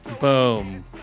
Boom